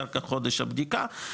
אחר כך חודש הבדיקה,